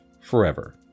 forever